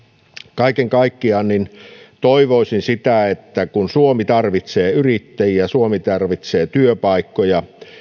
kaiken kaikkiaan toivoisin sitä että kun suomi tarvitsee yrittäjiä suomi tarvitsee työpaikkoja